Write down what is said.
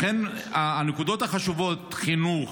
לכן, הנקודות החשובות, חינוך,